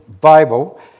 Bible